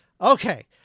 okay